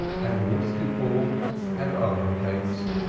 and worsted balls and almond cakes.